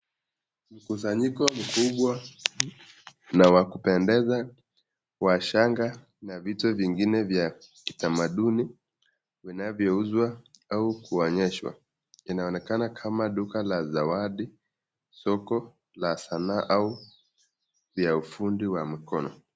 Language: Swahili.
Mkusanyiko mkubwa na wa kupendeza wa shanga na vitu vingine vya kitamaduni vinavyouzwa au kuonyeshwa. Inaonekana kama duka la zawadi, soko la sanaa au la ufundi wa mikono.